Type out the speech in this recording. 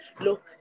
look